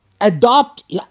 adopt